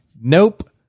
Nope